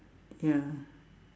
ya